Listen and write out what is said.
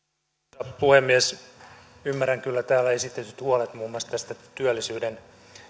arvoisa puhemies ymmärrän kyllä täällä esitetyt huolet muun muassa työllisyyden